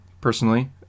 personally